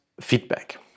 feedback